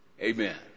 Amen